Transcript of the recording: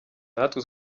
natwe